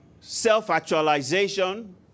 self-actualization